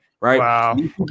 Right